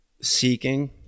seeking